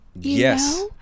Yes